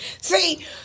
See